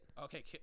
Okay